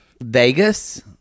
Vegas